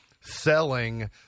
selling